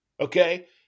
okay